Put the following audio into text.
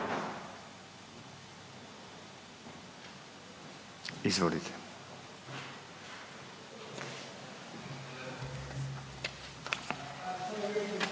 Izvolite.